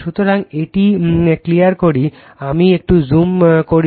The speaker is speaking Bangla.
সুতরাং এটি ক্লিয়ার করি আমি একটু জুম করি